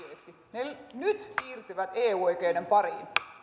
ne siirtyvät eu oikeuden pariin